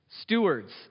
Stewards